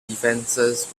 defenses